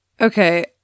Okay